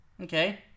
Okay